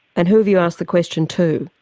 and who have you asked the question to?